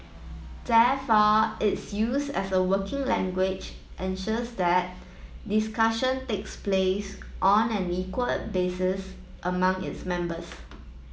therefore its use as a working language ensures that discussion takes place on an equal basis among its members